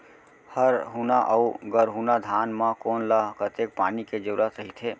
हरहुना अऊ गरहुना धान म कोन ला कतेक पानी के जरूरत रहिथे?